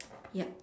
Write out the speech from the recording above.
yup